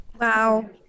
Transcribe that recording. wow